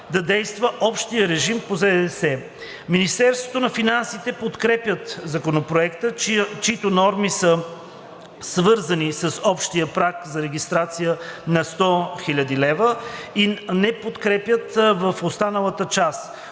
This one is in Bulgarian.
добавената стойност. Министерството на финансите подкрепят Законопроекта, чиито норми са свързани с общия праг за регистрация на 100 хил. лв. и не го подкрепят в останалата част.